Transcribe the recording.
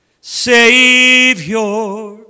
Savior